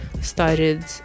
started